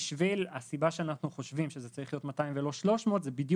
הסיבה שאנחנו חושבים שזה צריך להיות 200 ולא 300 זה בדיוק